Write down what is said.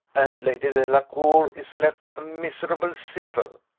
and lady delacour is left a miserable cipher.